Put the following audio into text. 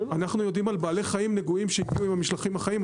אנחנו יודעים על בעלי חיים נגועים שהגיעו עם המשלוחים החיים,